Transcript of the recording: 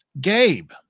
Gabe